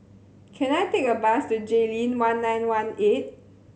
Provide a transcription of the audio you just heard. can I take a bus to Jayleen One Nine One Eight